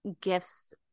gifts